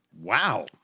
Wow